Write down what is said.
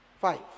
Five